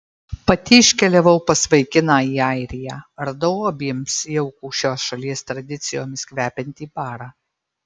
pati iškeliavau pas vaikiną į airiją radau abiems jaukų šios šalies tradicijomis kvepiantį barą